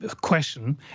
question